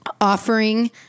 offering